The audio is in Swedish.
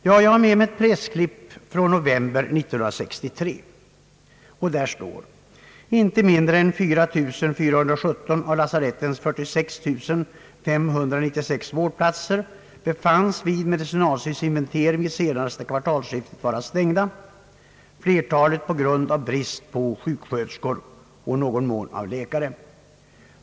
Jag har med mig ett pressklipp från november 1963, och där står: »Inte mindre än 4417 av lasarettens 46 596 vårdplatser befanns vid medicinalstyrelsens inventering vid senaste kvartalsskiftet vara stängda, flertalet på grund av brist på sjuksköterskor och i någon mån på läkare.